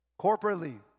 Corporately